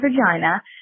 vagina